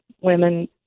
women